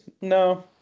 no